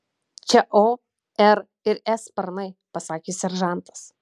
čia o r ir s sparnai pasakė seržantas